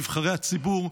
נבחרי הציבור,